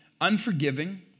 Unforgiving